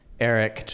Eric